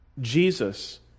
Jesus